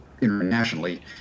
internationally